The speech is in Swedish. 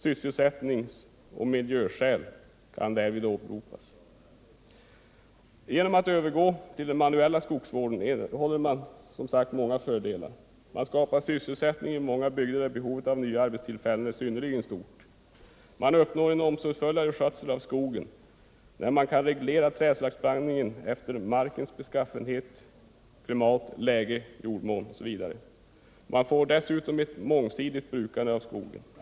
Sysselsättningsoch miljöskäl kan därvid åberopas. Genom att övergå till den manuella skogsvården erhåller man som sagt många fördelar. Man skapar sysselsättning i många bygder där behovet av nya arbetstillfällen är synnerligen stort. Man uppnår en omsorgsfullare skötsel av skogen, när man kan reglera trädslagsblandningen efter markens beskaffenhet, klimat, läge, jordmån osv. Man får ett mångsidigt brukande av skogen.